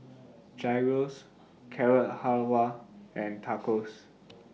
Gyros Carrot Halwa and Tacos